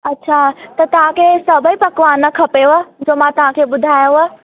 अच्छा त तव्हांखे सभई पकवान खपेव जो मां तव्हांखे ॿुधायव